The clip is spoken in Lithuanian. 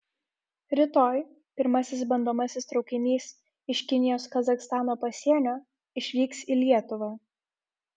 rytoj pirmasis bandomasis traukinys iš kinijos kazachstano pasienio išvyks į lietuvą